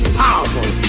powerful